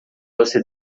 você